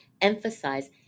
emphasize